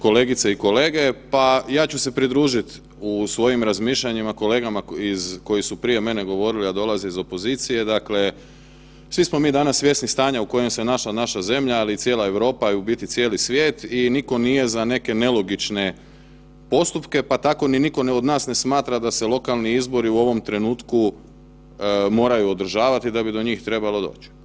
Kolegice i kolege, pa ja ću se pridružiti u svojim razmišljanjima kolegama koji su prije mene govorili, a dolaze iz opozicije, dakle svi smo mi danas svjesni stanja u kojem se našla naša zemlja, ali i cijela Europa i u biti cijeli svijet i nitko nije za neke nelogične postupke, pa tako ni nitko od nas ne smatra da se lokalni izbori u ovom trenutku moraju održavati i da bi do njih trebalo doći.